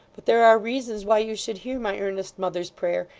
but there are reasons why you should hear my earnest, mother's prayer,